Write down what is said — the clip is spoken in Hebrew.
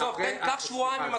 קח שבועיים.